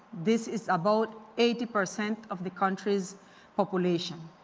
this is about eighty percent of the country's population.